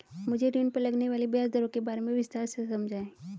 मुझे ऋण पर लगने वाली ब्याज दरों के बारे में विस्तार से समझाएं